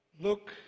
look